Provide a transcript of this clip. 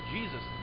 Jesus